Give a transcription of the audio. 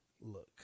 Look